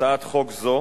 הצעת חוק זו